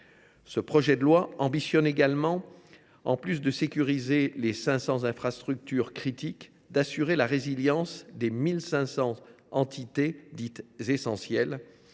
ce projet de loi est également, en plus de sécuriser les 500 infrastructures critiques, d’assurer la résilience de 15 000 entités dites « essentielles »